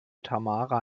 tamara